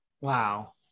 Wow